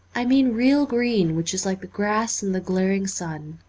i mean real green which is like the grass in the glar ing sun,